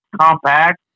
compact